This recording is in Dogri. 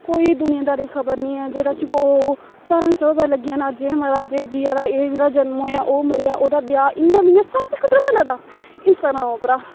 कोई दुनियादारी दी खबर निं ऐ जेह्ड़ा सिर्फ ओह् सारा इंस्टाग्राम उप्परा पता लग्गी जाना जे अज्ज एह् मरा दा अज्ज एह् जिया दा एह् जेह्दा जनम होएआ ओह् मरेआ ओह्दा ब्याह् इ'यां सब कुछ कद्धरूं पता लगदा इंस्टाग्राम उप्परा